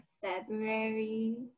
February